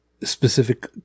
specific